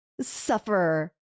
suffer